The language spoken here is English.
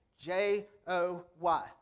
J-O-Y